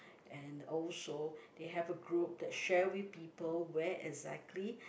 and also they have a group that share with people where exactly